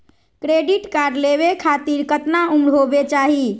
Credit card लेवे खातीर कतना उम्र होवे चाही?